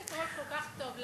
אז אם הכול כל כך טוב,